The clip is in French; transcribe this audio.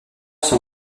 son